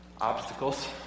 obstacles